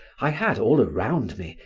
i had all around me,